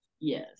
Yes